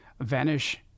vanish